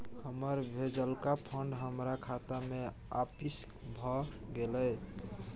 हमर भेजलका फंड हमरा खाता में आपिस भ गेलय